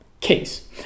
case